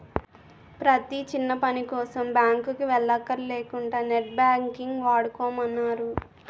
ప్రతీ చిన్నపనికోసం బాంకుకి వెల్లక్కర లేకుంటా నెట్ బాంకింగ్ వాడుకోమన్నారు